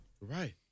Right